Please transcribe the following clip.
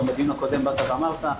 גם בדיון הקודם אמרת: